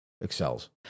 Excels